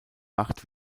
macht